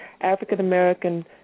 African-American